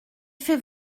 fait